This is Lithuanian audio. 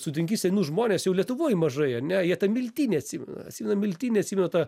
sutinki senus žmones jau lietuvoj mažai ar ne jie ten miltinį atsimena atsimena miltinį atsimena tą